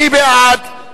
מי בעד?